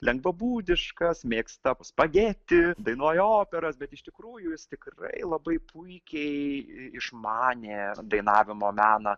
lengvabūdiškas mėgsta spageti dainuoja operas bet iš tikrųjų jis tikrai labai puikiai išmanė dainavimo meną